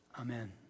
Amen